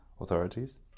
authorities